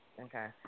Okay